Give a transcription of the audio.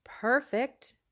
perfect